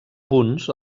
punts